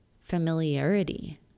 familiarity